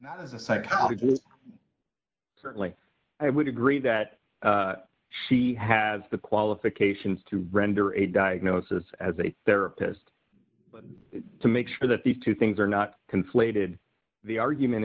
the psychologist certainly i would agree that she has the qualifications to render a diagnosis as a therapist to make sure that these two things are not conflated the argument